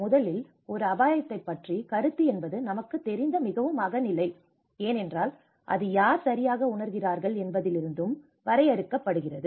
முதலில் ஒரு அபாயத்தைப் பற்றிய கருத்து என்பது நமக்கு தெரிந்த மிகவும் அகநிலை ஏனென்றால் அதை யார் சரியாக உணர்கிறார்கள் என்பதிலிருந்தும் வரையறுக்கப்படுகிறது